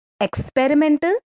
experimental